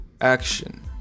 action